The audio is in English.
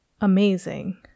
amazing